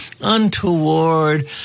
untoward